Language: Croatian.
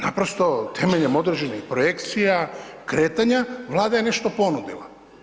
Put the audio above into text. Naprosto temeljem određenih projekcija kretanja, Vlada je nešto ponudila.